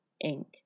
ink